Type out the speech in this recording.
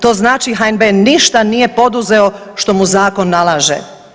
To znači HNB ništa nije poduzeo što mu zakon nalaže.